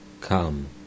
come